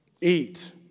eat